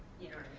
yeah.